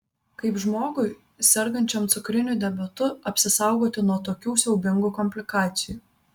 kaip žmogui sergančiam cukriniu diabetu apsisaugoti nuo tokių siaubingų komplikacijų